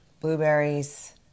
Blueberries